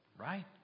right